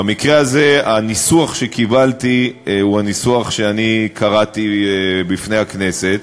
במקרה הזה הניסוח שקיבלתי הוא הניסוח שקראתי בפני הכנסת,